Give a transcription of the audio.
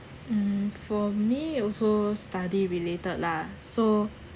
um for me also study related lah so